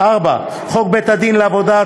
4. חוק בית-הדין לעבודה,